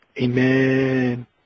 Amen